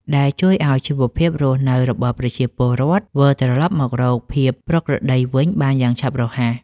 ដែលជួយឱ្យជីវភាពរស់នៅរបស់ប្រជាពលរដ្ឋវិលត្រឡប់មករកភាពប្រក្រតីវិញបានយ៉ាងឆាប់រហ័ស។